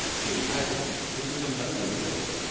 he had imagined that he was alone in the room.